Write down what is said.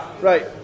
Right